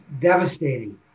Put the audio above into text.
devastating